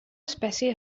espècie